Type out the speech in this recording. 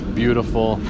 beautiful